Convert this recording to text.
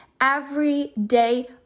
everyday